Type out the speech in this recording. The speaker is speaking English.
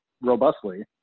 robustly